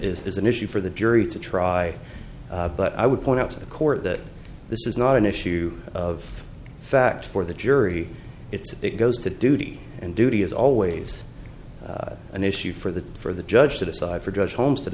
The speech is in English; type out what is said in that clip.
it is an issue for the jury to try but i would point out to the court that this is not an issue of fact for the jury it's it goes to duty and duty is always an issue for the for the judge to decide for judge holme